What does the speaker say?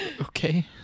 okay